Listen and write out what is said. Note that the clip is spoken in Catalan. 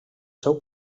seu